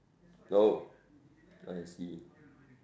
oh I see